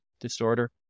disorder